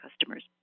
customers